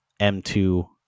m2